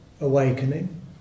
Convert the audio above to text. awakening